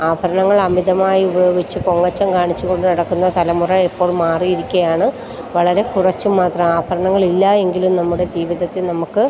ആഭരണങ്ങൾ അമിതമായി ഉപയോഗിച്ച് പൊങ്ങച്ചം കാണിച്ചുകൊണ്ട് നടക്കുന്ന തലമുറ ഇപ്പം മാറിയിരിക്കുയാണ് വളരെ കുറച്ചു മാത്രം ആഭരങ്ങളില്ല എങ്കിലും നമ്മുടെ ജീവിതത്തിൽ നമുക്ക്